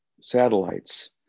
satellites